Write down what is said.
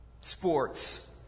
sports